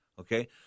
okay